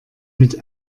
mit